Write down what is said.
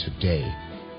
today